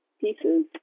pieces